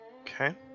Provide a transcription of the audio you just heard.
Okay